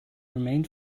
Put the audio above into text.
remained